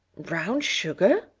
brown sugar!